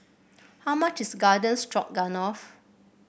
how much is Garden Stroganoff